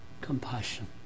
compassion